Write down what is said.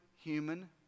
human